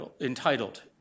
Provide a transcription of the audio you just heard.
entitled